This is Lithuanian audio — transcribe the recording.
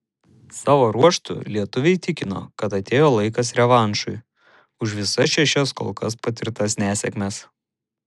savo ruožtu lietuviai tikino kad atėjo laikas revanšui už visas šešias kol kas patirtas nesėkmes